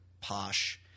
posh